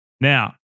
Now